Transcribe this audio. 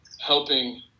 helping